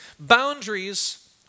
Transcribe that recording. Boundaries